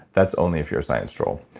that's only if you're a science troll.